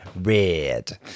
red